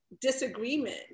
disagreement